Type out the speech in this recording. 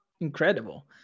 incredible